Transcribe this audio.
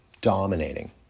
dominating